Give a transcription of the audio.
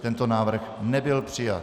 Tento návrh nebyl přijat.